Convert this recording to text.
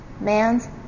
Man's